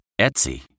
Etsy